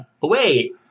Wait